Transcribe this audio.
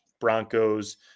Broncos